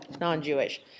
non-Jewish